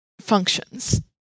functions